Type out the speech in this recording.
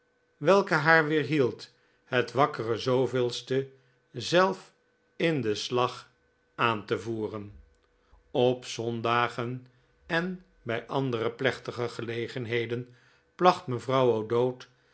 welke haar weerhield het wakkere ste zelf in den slag aan te voeren op zondagen en bij andere plechtige gelegenheden placht mevrouw o'dowd